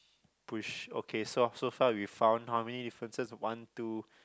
push okay so so far we found how many differences one two